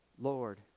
lord